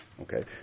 Okay